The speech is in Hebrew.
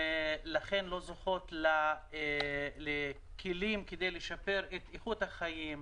לא זוכים לכלים כדי לשפר את איכות החיים,